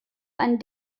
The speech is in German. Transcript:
einen